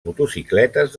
motocicletes